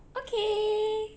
okay